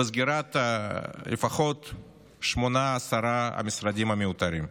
וסגירת לפחות שמונה, עשרה מהמשרדים המיותרים.